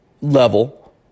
level